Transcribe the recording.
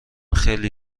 خیلی